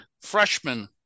freshman